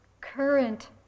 current